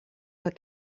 but